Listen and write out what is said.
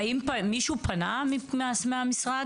האם מישהו פנה מהמשרד?